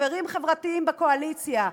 חברים חברתיים בקואליציה,